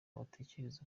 batekereza